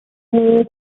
wool